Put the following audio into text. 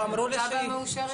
--- עדיין במקומה?